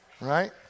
Right